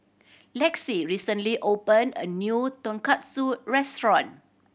Lexie recently opened a new Tonkatsu Restaurant